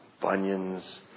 bunions